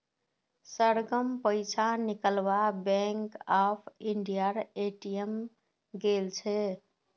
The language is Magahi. सरगम पैसा निकलवा बैंक ऑफ इंडियार ए.टी.एम गेल छ